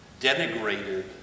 denigrated